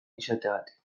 izateagatik